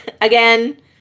again